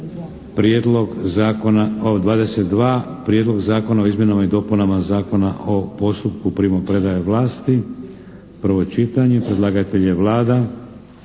Prijedlog zakona o izmjenama i dopunama Zakona o postupku primopredaje vlasti, prvo čitanje, P.Z. br. 546. Predlagatelj je Vlada.